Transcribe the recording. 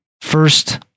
first